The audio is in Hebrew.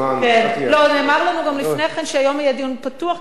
נאמר לנו גם לפני כן שהיום יהיה דיון פתוח כי זה הנושא האחרון.